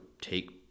take